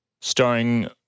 starring